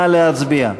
נא להצביע.